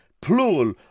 plural